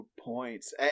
points